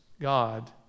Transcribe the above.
God